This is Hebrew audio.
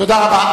תודה רבה.